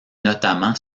notamment